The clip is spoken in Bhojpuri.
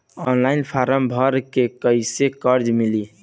ऑनलाइन फ़ारम् भर के कैसे कर्जा मिली?